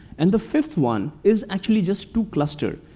and the fifth one is actually just two clusters.